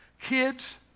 Kids